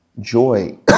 joy